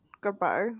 goodbye